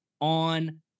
on